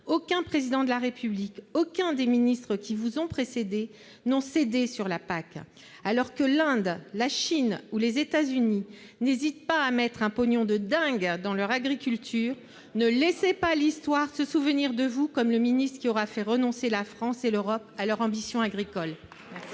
Aucun Président de la République, aucun des ministres qui vous ont précédé n'ont cédé sur le sujet. Alors que l'Inde, la Chine ou les États-Unis n'hésitent pas à mettre un « pognon de dingue » dans leur agriculture, ne laissez pas l'histoire se souvenir de vous comme le ministre qui aura fait renoncer la France et l'Europe à leur ambition agricole !